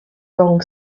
wrong